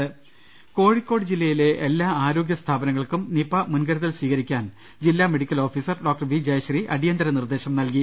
രുട്ടിട്ട്ട്ട്ട്ട്ട്ട കോഴിക്കോട് ജില്ലയിലെ എല്ലാ ആരോഗ്യ സ്ഥാപനങ്ങൾക്കും നിപ മുൻകരുതൽ സ്വീകരിക്കാൻ ജില്ലാ medical officer doctor V Jayashree അടിയന്തിര നിർദ്ദേശം നൽകി